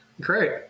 Great